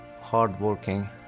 hardworking